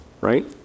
right